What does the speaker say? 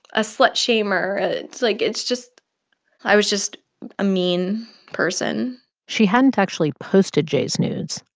a slut shamer. it's like it's just i was just a mean person she hadn't actually posted j's nudes.